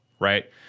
right